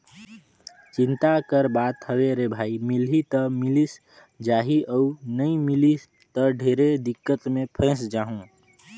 चिंता कर बात हवे भई रे मिलही त मिलिस जाही अउ नई मिलिस त ढेरे दिक्कत मे फंयस जाहूँ